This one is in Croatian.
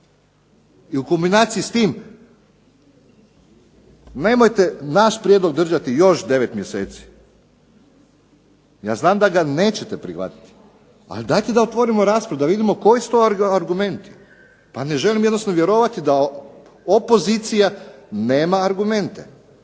i u kulminaciji s tim nemojte naš prijedlog držati još 9 mjeseci. Ja znam da ga nećete prihvatiti. Ali dajte da otvorimo raspravu, da vidimo koji su to argumenti. Pa ne želim jednostavno vjerovati da opozicija nema argumente.